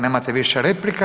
nemate više replika.